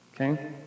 Okay